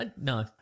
No